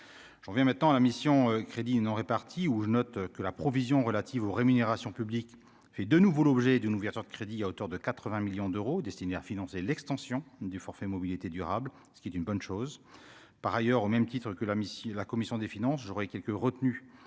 j'en viens maintenant à la mission Crédits non répartis où je note que la provision relative aux rémunérations publiques, j'ai de nouveau l'objet d'une ouverture de crédits à hauteur de 80 millions d'euros destinés à financer l'extension du forfait mobilité durable ce qui est une bonne chose, par ailleurs, au même titre que l'amitié, la commission des finances, j'aurais quelques retenues